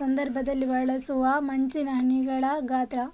ಸಂದರ್ಭದಲ್ಲಿ ಬಳಸುವ ಮಂಜಿನ ಹನಿಗಳ ಗಾತ್ರ